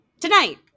Tonight